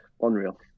unreal